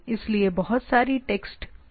इसलिए बहुत सारी टेक्स्ट लेवल चीजें हैं